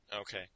Okay